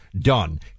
done